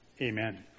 Amen